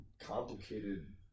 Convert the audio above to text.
complicated